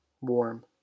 warm